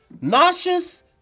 nauseous